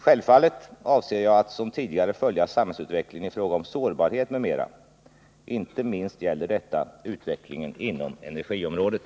Självfallet avser jag att som tidigare följa samhällsutvecklingen i fråga om sårbarhet m.m. Inte minst gäller detta utvecklingen inom energiområdet.